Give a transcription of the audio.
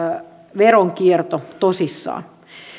veronkierto tosissaan